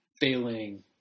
failing